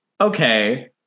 okay